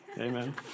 Amen